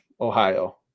Ohio